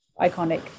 iconic